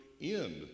end